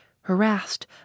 harassed